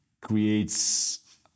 creates